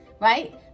right